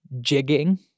jigging